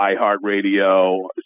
iHeartRadio